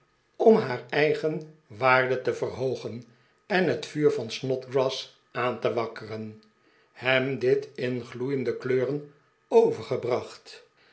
om haar eigen waarde te verhoogen en het vuur van snodgrass aan te wakkeren hem dit in gloeiende kleuren overgebracht